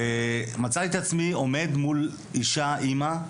ומצאתי את עצמי עומד מול אישה, אמא,